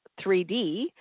3D